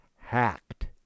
hacked